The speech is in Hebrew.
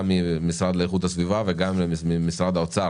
גם מן המשרד להגנת הסביבה וגם ממשרד האוצר,